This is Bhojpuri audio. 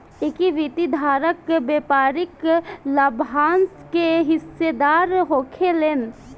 इक्विटी धारक व्यापारिक लाभांश के हिस्सेदार होखेलेन